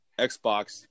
Xbox